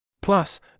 Plus